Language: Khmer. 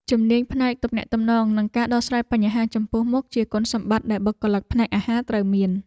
ជំនាញផ្នែកទំនាក់ទំនងនិងការដោះស្រាយបញ្ហាចំពោះមុខ ជាគុណសម្បត្តិដែលបុគ្គលិកផ្នែកអាហារត្រូវមាន។